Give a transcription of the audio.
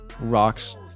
rocks